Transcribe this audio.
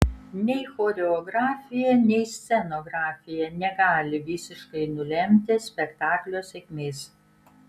nei choreografija nei scenografija negali visiškai nulemti spektaklio sėkmės